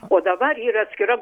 o dabar yra atskira